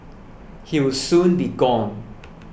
he will soon be gone